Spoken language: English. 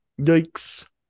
Yikes